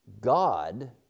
God